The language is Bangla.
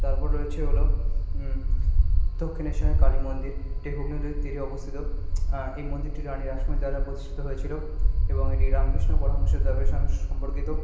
তারপর রয়েছে হলো দক্ষিণেশ্বরের কালী মন্দির এটি হুগলী নদীর তীরে অবস্থিত এই মন্দিরটি রানী রাসমণি দ্বারা প্রতিষ্ঠিত হয়েছিলো এবং এটি রামকৃষ্ণ পরমহংস দেবের সঙ্গে সম্পর্কিত